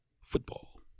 football